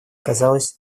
казалось